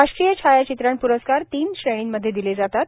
राष्ट्रीय छायाचित्रण प्रस्कार तीन श्रेणींमध्ये दिले जातात